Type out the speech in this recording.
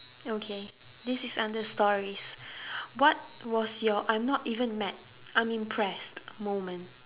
okay this is under stories what was your I'm not even mad I'm impressed moment